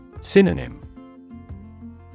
Synonym